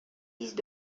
lisent